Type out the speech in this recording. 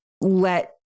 let